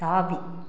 தாவி